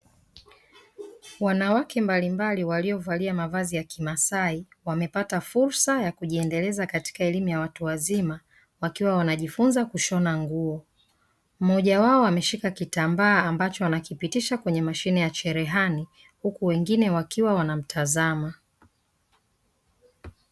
Wanawake mbalimbali waliovalia mavazi ya kimasai wamepata fursa ya kujiendeleza katika elimu ya watu wazima, wakiwa wanajifunza kushona nguo. Mmoja wao ameshika kitambaa ambacho anakipitisha kwenye mashine ya cherehani, huku wengine wakiwa wanamtazama.